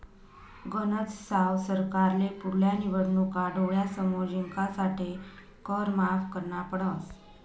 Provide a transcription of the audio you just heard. गनज साव सरकारले पुढल्या निवडणूका डोळ्यासमोर जिंकासाठे कर माफ करना पडस